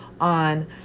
on